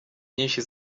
nyinshi